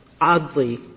oddly